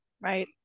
right